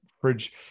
fridge